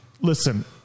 Listen